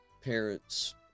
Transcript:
parents